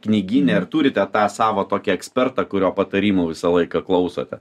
knygyne ir turite tą savo tokį ekspertą kurio patarimų visą laiką klausote